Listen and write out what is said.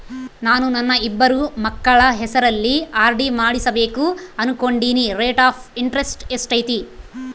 ನಾನು ನನ್ನ ಇಬ್ಬರು ಮಕ್ಕಳ ಹೆಸರಲ್ಲಿ ಆರ್.ಡಿ ಮಾಡಿಸಬೇಕು ಅನುಕೊಂಡಿನಿ ರೇಟ್ ಆಫ್ ಇಂಟರೆಸ್ಟ್ ಎಷ್ಟೈತಿ?